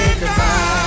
goodbye